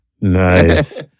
Nice